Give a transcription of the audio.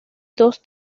dos